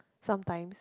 sometimes